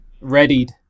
readied